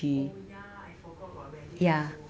oh ya I forgot got radish also